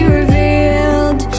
revealed